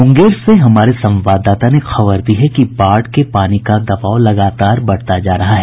मुंगेर से हमारे संवाददाता ने खबर दी है कि बाढ़ के पानी के दबाव लगातार बढ़ता जा रहा है